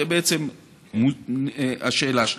זאת בעצם השאלה שלך.